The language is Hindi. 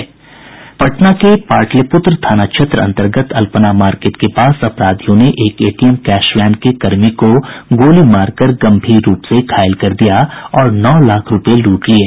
पटना के पाटलिपुत्र थाना क्षेत्र अंतर्गत अल्पना मार्केट के पास अपराधियों ने एक एटीएम कैश वैन के कर्मी को गोली मारकर गंभीर रूप से घायल कर दिया और नौ लाख रूपये लूट लिये